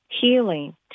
healing